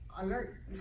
alert